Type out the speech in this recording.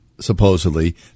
Supposedly